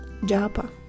Japa